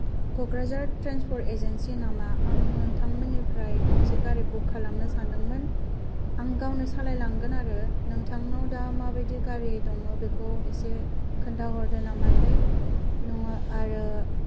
Kokrajhar transport agency नामा आं नोंथांमोननिफ्राय गंसे गारि बुक खालामनो सानदोंमोन आं गावनो सालायलांगोन आरो नोंथांनाव दा माबायदि गारि दङ बेखौ एसे खोन्थाहरदो नामाथाय नङा आरो